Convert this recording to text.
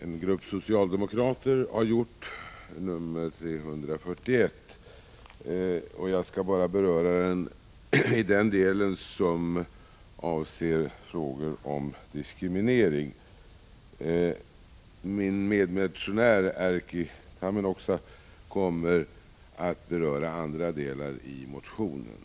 en grupp socialdemokrater har väckt, men bara i den del som avser frågor om diskriminering. Min medmotionär Erkki Tammenoksa kommer att ta upp andra delar av motionen.